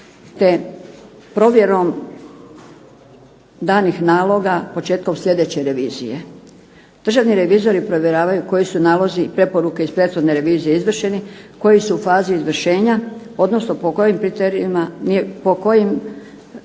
te provjerom danih naloga početkom slijedeće revizije. Državni revizori provjeravaju koji su nalozi i preporuke iz prethodne revizije izvršeni, koji su u fazi izvršenja odnosno po kojim nalozima nije postupljeno